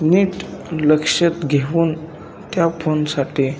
नीट लक्षात घेऊन त्या फोनसाठी